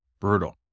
brutal